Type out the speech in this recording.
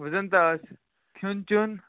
وۅنۍ زَنتہٕ آسہِ کھیٚون چیٚون